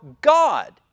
God